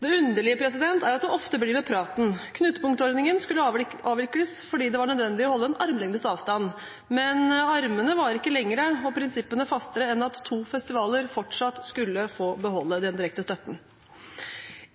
Det underlige er at det ofte blir med praten. Knutepunktordningen skulle avvikles fordi det var nødvendig å holde armlengdes avstand, men armene var ikke lengre og prinsippene fastere enn at to festivaler fortsatt skulle få beholde den direkte støtten.